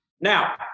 Now